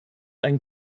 ein